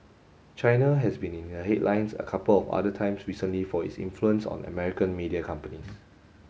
China has been in the headlines a couple of other times recently for its influence on American media companies